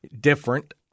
different